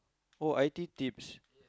oh I_T-tips